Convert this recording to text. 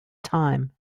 time